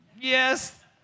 yes